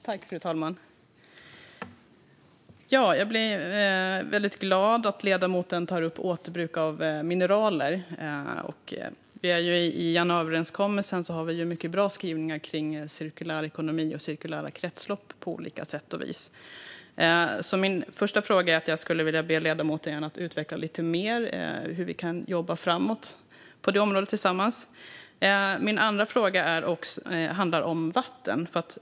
Fru talman! Det gladde mig att ledamoten tog upp återbruk av mineraler. I januariöverenskommelsen har vi många bra skrivningar om cirkulär ekonomi och cirkulära kretslopp. Jag vill ändå be ledamoten att utveckla lite mer hur vi tillsammans kan jobba framåt på detta område.